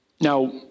Now